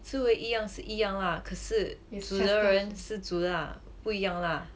食物一样是一样 lah 可是煮的人是煮 lah 不一样 lah